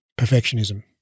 perfectionism